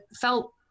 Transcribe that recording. felt